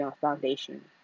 foundation